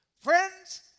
Friends